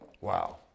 Wow